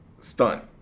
stunt